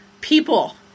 people